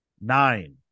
Nine